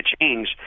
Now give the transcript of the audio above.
change